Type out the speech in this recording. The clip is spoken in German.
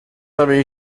habe